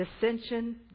dissension